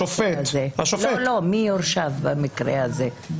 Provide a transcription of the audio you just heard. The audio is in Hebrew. מי הורשע במקרה הזה?